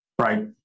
Right